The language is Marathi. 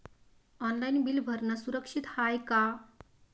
ऑनलाईन बिल भरनं सुरक्षित हाय का?